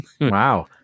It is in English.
Wow